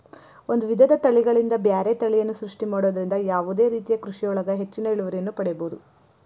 ಒಂದ್ ವಿಧದ ತಳಿಗಳಿಂದ ಬ್ಯಾರೆ ತಳಿಯನ್ನ ಸೃಷ್ಟಿ ಮಾಡೋದ್ರಿಂದ ಯಾವದೇ ರೇತಿಯ ಕೃಷಿಯೊಳಗ ಹೆಚ್ಚಿನ ಇಳುವರಿಯನ್ನ ಪಡೇಬೋದು